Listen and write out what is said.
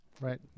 Right